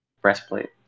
breastplate